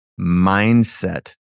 mindset